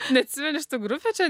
neatsimeni šitų grupių čia